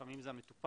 לפעמים זה המטופל,